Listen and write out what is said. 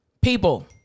People